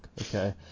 Okay